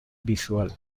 visual